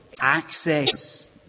access